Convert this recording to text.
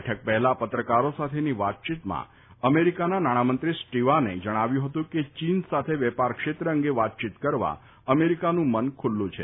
બેઠક પહેલાં પત્રકારો સાથેની વાતચીતમાં અમેરિકાના નાણામંત્રી સ્ટીવાન મ્નુચીને જણાવ્યું હતું કે ચીન સાથે વેપારક્ષેત્ર અંગે વાતચીત કરવા અમેરિકાનું મન ખુલ્લું છે